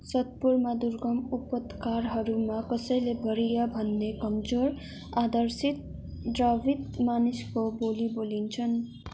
सतपुरमा दुर्गम उपत्यकाहरूमा कसैले भारिया भन्ने कमजोर आधारसित द्रविड मानिसको बोली बोलिन्छन्